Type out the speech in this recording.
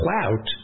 clout